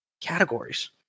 categories